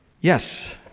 Yes